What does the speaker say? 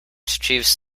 jeeves